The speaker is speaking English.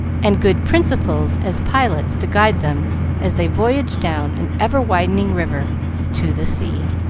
and good principles as pilots to guide them as they voyage down an ever-widening river to the sea.